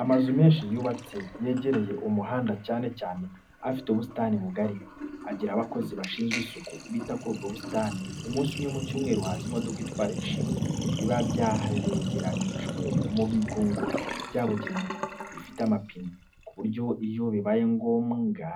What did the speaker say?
Amazu menshi yubatse yegereye umuhanda cyane cyane afite ubusitani bugari, agira abakozi bashinzwe isuku, bita kuri ubwo busitani. Umunsi umwe mu cyumweru haza imodoka itwara ibishingwe biba byaregeranyirijwe mu bigunguru byabugenewe, bifite amapine, ku buryo iyo bibaye ngombwa